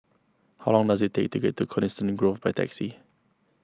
how long does it take to get to Coniston Grove by taxi